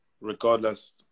regardless